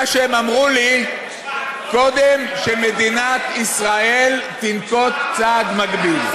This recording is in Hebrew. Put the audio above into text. הם אמרו לי: קודם שמדינת ישראל תנקוט צעד מקביל.